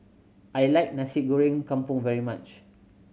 I like Nasi Goreng Kampung very much